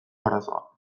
arazoa